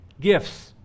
gifts